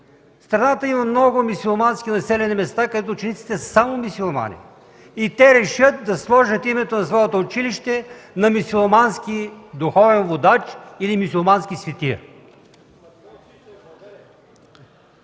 страната има много мюсюлмански населени места, където учениците са само мюсюлмани и те решат да сложат името на своето училище на мюсюлмански духовен водач или мюсюлмански светия?